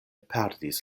perdis